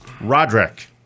Roderick